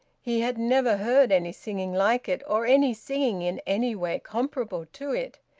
he had never heard any singing like it, or any singing in any way comparable to it.